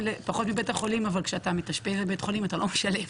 זה פחות מבית החולים אבל כשאתה מתאשפז בבית החולים אתה לא משלם.